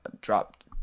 dropped